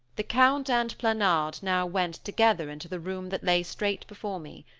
the count and planard now went, together, into the room that lay straight before me.